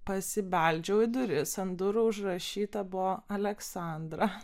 pasibeldžiau į duris ant durų užrašyta buvo aleksandra